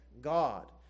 God